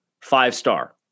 five-star